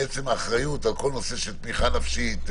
שהאחריות על כל הנושא של התמיכה הנפשית,